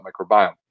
microbiome